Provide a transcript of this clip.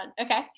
Okay